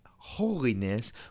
holiness